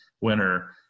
winner